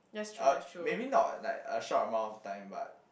uh maybe not in like a short amount of time but